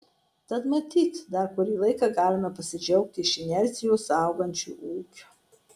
tad matyt dar kurį laiką galime pasidžiaugti iš inercijos augančiu ūkiu